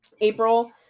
april